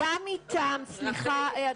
גם איתם! סליחה.